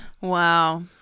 Wow